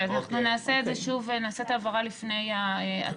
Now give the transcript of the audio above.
אז אנחנו נעשה את ההבהרה לפני ההצבעה.